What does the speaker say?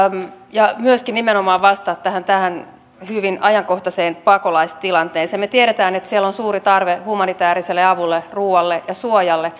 ja myöskin nimenomaan vastata tähän tähän hyvin ajankohtaiseen pakolaistilanteeseen me tiedämme että siellä on suuri tarve humanitääriselle avulle ruualle ja suojalle